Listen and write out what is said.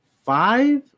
Five